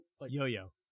Yo-yo